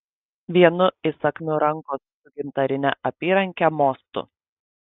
vienu įsakmiu rankos su gintarine apyranke mostu